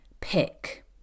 Pick